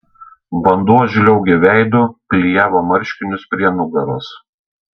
vanduo žliaugė veidu klijavo marškinius prie nugaros